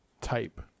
type